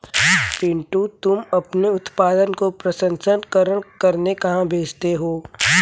पिंटू तुम अपने उत्पादन को प्रसंस्करण करने कहां भेजते हो?